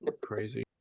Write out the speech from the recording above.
Crazy